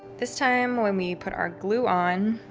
this time when we put our glue on,